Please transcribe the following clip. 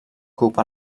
cub